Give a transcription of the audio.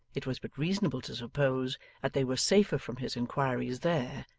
it was but reasonable to suppose that they were safer from his inquiries there,